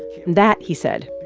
that, he said,